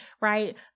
right